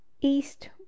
East